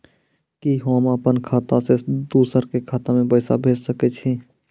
कि होम अपन खाता सं दूसर के खाता मे पैसा भेज सकै छी?